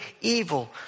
evil